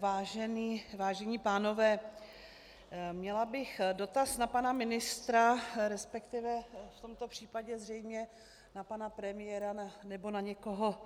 Vážené dámy, vážení pánové, měla bych dotaz na pana ministra, resp. v tomto případě zřejmě na pana premiéra nebo na někoho,